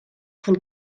von